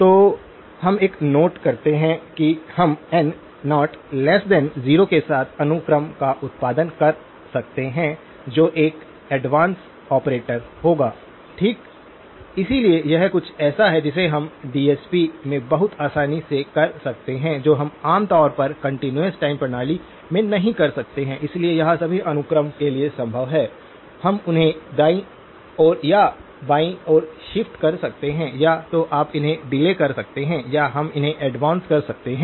तो हम एक नोट करते हैं कि हम n00 के साथ अनुक्रम का उत्पादन कर सकते हैं जो एक एडवांस ऑपरेटर होगा ठीक इसलिए यह कुछ ऐसा है जिसे हम डीएसपी में बहुत आसानी से कर सकते हैं जो हम आम तौर पर कंटीन्यूअस टाइम प्रणाली में नहीं कर सकते हैं इसलिए यह सभी अनुक्रम के लिए संभव है हम उन्हें दाईं ओर या बाईं ओर शिफ्ट कर सकते हैं या तो आप उन्हें डिले कर सकते हैं या हम उन्हें एडवांस कर सकते हैं